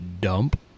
dump